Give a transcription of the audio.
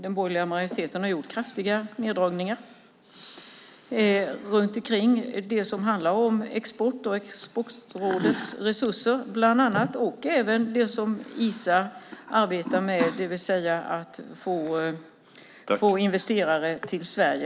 Den borgerliga majoriteten har gjort kraftiga nedskärningar när det gäller export och Exportrådets resurser. Det gäller även det som ISA arbetar med, det vill säga att få investerare till Sverige.